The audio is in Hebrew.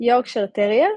יורקשייר טרייר,